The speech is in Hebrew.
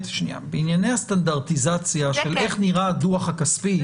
בענייני הסטנדרטיזציה של איך נראה הדוח הכספי,